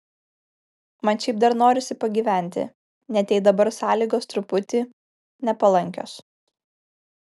man šiaip dar norisi pagyventi net jei dabar sąlygos truputį nepalankios